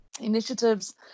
Initiatives